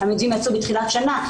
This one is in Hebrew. המתווים יצאו בתחילת שנה,